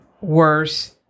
worse